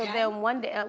then one day,